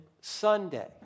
Sunday